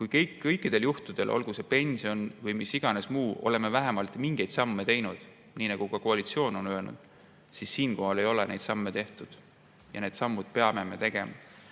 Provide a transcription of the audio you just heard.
kui kõikidel juhtudel, olgu see pension või mis iganes muu, oleme vähemalt mingeid samme teinud, nii nagu koalitsioon on öelnud, siis siinkohal ei ole neid samme tehtud ja need sammud peame me tegema.